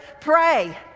pray